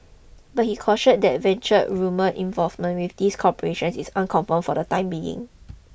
but he cautioned that Venture's rumoured involvement with these corporations is unconfirmed for the time being